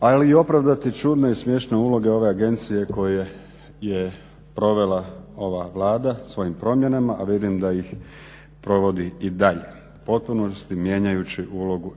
ali i opravdati čudne i smiješne uloge ove agencije koje je provela ova Vlada svojim promjenama, a vidim da ih provodi i dalje u potpunosti mijenjajući ulogu